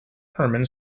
hermann